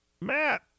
Matt